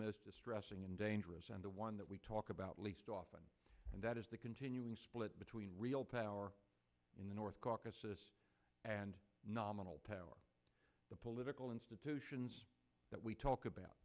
most distressing and dangerous and the one that we talk about least often and that is the continuing split between real power in the north caucasus and nominal power the political institutions that we talk about